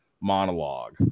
monologue